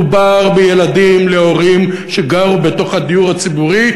מדובר בילדים להורים שגרו בדיור הציבורי,